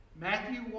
Matthew